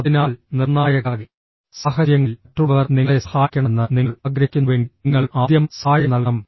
അതിനാൽ നിർണായക സാഹചര്യങ്ങളിൽ മറ്റുള്ളവർ നിങ്ങളെ സഹായിക്കണമെന്ന് നിങ്ങൾ ആഗ്രഹിക്കുന്നുവെങ്കിൽ നിങ്ങൾ ആദ്യം സഹായം നൽകണം